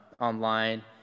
online